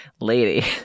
lady